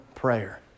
prayer